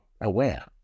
aware